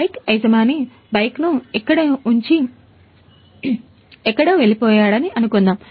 bike యజమాని బైక్ను ఇక్కడ ఉంచి ఎక్కడో వెళ్లిపోయాడని అనుకుందాం